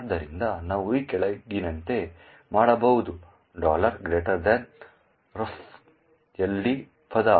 ಆದ್ದರಿಂದ ನಾವು ಈ ಕೆಳಗಿನಂತೆ ಮಾಡಬಹುದು ರಫ್ತು LD ಪಥ